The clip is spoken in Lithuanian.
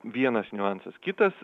vienas niuansas kitas